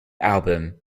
album